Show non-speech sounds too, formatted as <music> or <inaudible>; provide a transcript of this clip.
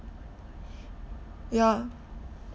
<noise> yeah